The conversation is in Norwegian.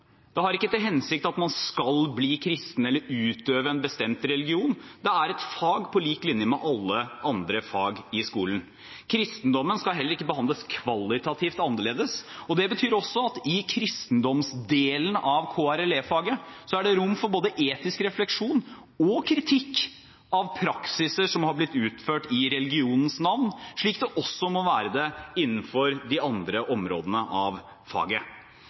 Det har ikke til hensikt at man skal bli kristen eller utøve en bestemt religion. Det er et fag på lik linje med alle andre fag i skolen. Kristendommen skal heller ikke behandles kvalitativt annerledes. Det betyr også at i kristendomsdelen av KRLE-faget er det rom for både etisk refleksjon og kritikk av praksiser som har blitt utført i religionens navn, slik det også må være innenfor de andre områdene av faget.